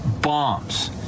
bombs